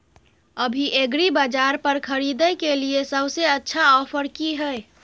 अभी एग्रीबाजार पर खरीदय के लिये सबसे अच्छा ऑफर की हय?